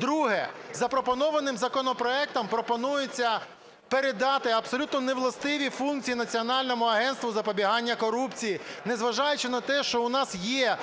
Друге. Запропонованим законопроектом пропонується передати абсолютно невластиві функції Національному агентству з запобігання корупції, незважаючи на те, що у нас є